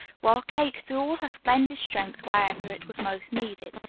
while kate threw all her splendid strength wherever it was most needed.